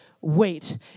wait